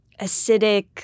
acidic